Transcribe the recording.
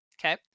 Okay